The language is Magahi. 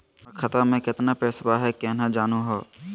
हमर खतवा मे केतना पैसवा हई, केना जानहु हो?